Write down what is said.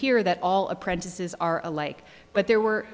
here that all apprentices are alike but there were